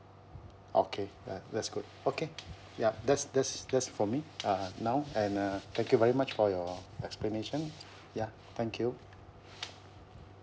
okay uh that's good okay yup that's that's that's for me uh now and uh thank you very much for your explanation ya thank you